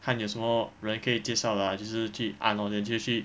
看有什么人可以介绍的就是去按 lor then 就去